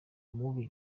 mubi